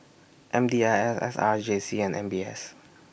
M D I S S R J C and M B S